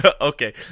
Okay